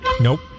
Nope